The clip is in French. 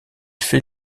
fait